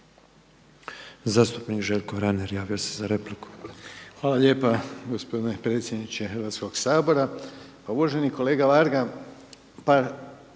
Zastupnik Željko Reiner javio se za repliku. **Reiner, Željko (HDZ)** Hvala lijepa gospodine predsjedniče Hrvatskog sabora. Pa uvaženi kolega Varga, pa